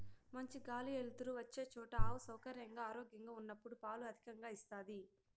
మంచి గాలి ఎలుతురు వచ్చే చోట ఆవు సౌకర్యంగా, ఆరోగ్యంగా ఉన్నప్పుడు పాలు అధికంగా ఇస్తాది